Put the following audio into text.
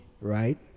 right